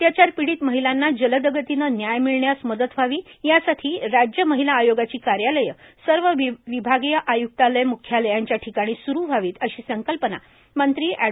अत्याचारपीडित महिलांना जलद गतीने न्याय मिळण्यास मदत व्हावी यासाठी राज्य महिला आयोगाची कार्यालये सर्व विभागीय आय्क्तालय म्ख्यालयांच्या ठिकाणी स्रू व्हावीत अशी संकल्पना मंत्री अॅड